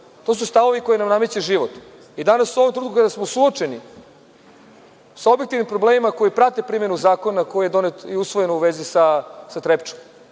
To su stavovi koje nam nameće život. Danas, u ovom trenutku kada smo suočeni sa objektivnim problemima koji prate primenu zakona koji je donet i usvojen u vezi sa „Trepčom“,